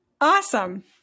Awesome